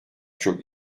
çok